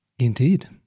Indeed